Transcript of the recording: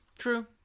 true